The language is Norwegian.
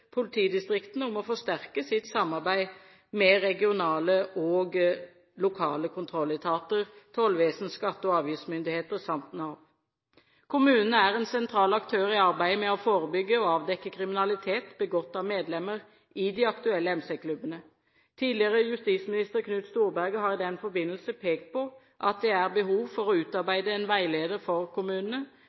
politidistriktene om å forsterke sitt samarbeid med regionale og lokale kontrolletater, tollvesen, skatte- og avgiftsmyndigheter samt Nav. Kommunene er en sentral aktør i arbeidet med å forebygge og avdekke kriminalitet begått av medlemmer i de aktuelle MC-klubbene. Tidligere justisminister Knut Storberget har i den forbindelse pekt på at det er behov for å utarbeide en veileder for kommunene